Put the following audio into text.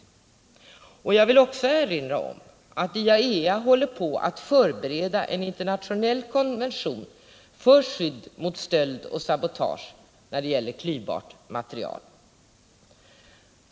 Jag vill också erinra om att IAEA håller på att förbereda en internationell konvention för skydd mot stöld och sabotage när det gäller klyvbart material.